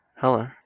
Hello